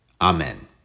Amen